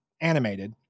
animated